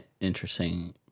interesting